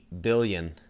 billion